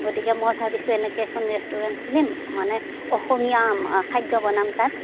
গতিকে মই ভাবিছোঁ এনেকৈ এখন ৰেষ্টুৰেণ্ট খুলিম মানে অসমীয়া খাদ্য বনাম তাত